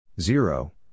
Zero